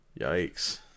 yikes